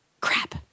Crap